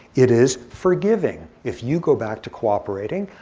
it is forgiving. if you go back to cooperating.